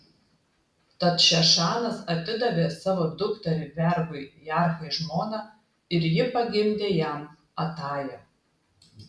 tad šešanas atidavė savo dukterį vergui jarhai žmona ir ji pagimdė jam atają